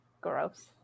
gross